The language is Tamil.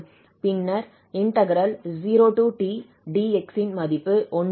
பின்னர் 0tdx ன் மதிப்பு 1 ஆகும்